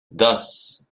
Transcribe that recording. thus